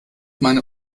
meine